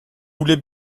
voulez